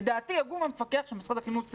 לדעתי הגוף המפקח שהוא משרד החינוך,